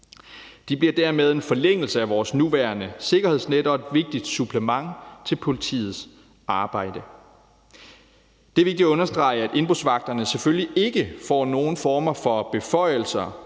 De bliver dermed en forlængelse af vores nuværende sikkerhedsnet og et vigtigt supplement til politiets arbejde. Det er vigtigt at understrege, at indbrudsvagterne selvfølgelig ikke får nogen former for beføjelser